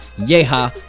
Yeha